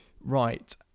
Right